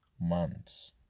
months